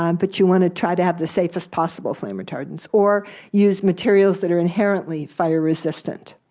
um but you want to try to have the safest possible flame retardants, or use materials that are inherently fire resistant.